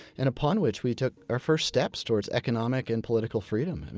and upon which we took our first steps toward economic and political freedom.